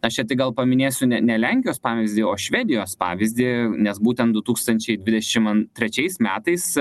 aš čia tik gal paminėsiu ne ne lenkijos pavyzdį o švedijos pavyzdį nes būtent du tūkstančiai dvidešimt an trečiais metais